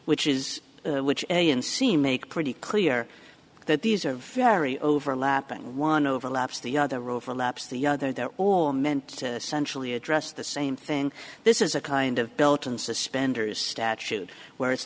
which is which a and c make pretty clear that these are very overlapping one overlaps the other overlaps the other they're all meant to centrally address the same thing this is a kind of belt and suspenders statute where it's